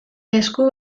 esku